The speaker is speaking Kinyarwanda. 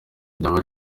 byaba